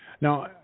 Now